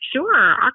Sure